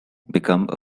become